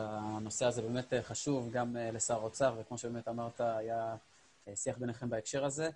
הנושא הזה גם חשוב לשר האוצר וכמו שבאמת אמרת היה שיח ביניכם בהקשר הזה.